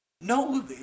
No